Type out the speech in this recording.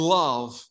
love